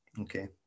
Okay